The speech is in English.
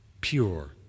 pure